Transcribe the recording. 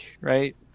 right